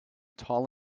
tall